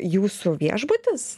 jūsų viešbutis